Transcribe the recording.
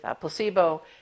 placebo